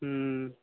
हूँ